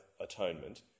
Atonement